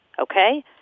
Okay